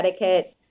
etiquette